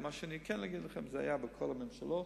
מה שכן אגיד לכם, שזה היה בכל הממשלות.